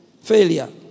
Failure